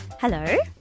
Hello